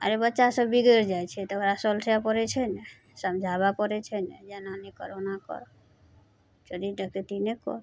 अरे बच्चा सभ बिगड़ि जाइ छै तऽ ओकरा सोलठइ पड़य छै ने समझाबय पड़य छै ने जे एना नहि कर ओना कर चोरी डकैती नहि कर